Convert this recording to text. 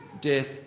death